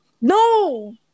No